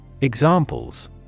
Examples